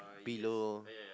pillow